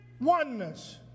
oneness